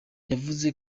yavuze